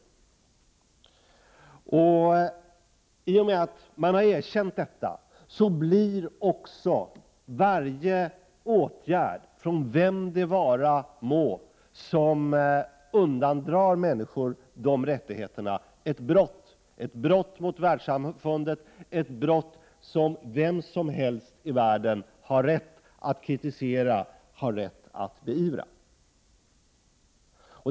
I och med att man har erkänt detta, blir också varje åtgärd, från vem det vara må, som undandrar människor rättigheterna ett brott, ett brott mot världssamfundet, ett brott som vem som helst i världen har rätt att kritisera, har rätt att beivra.